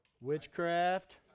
witchcraft